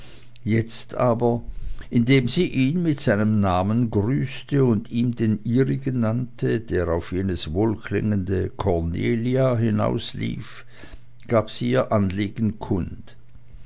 jetzt aber indem sie ihn mit seinem namen grüßte und ihm den ihrigen nannte der auf jenes wohlklingende cornelia hinauslief gab sie ihr anliegen kund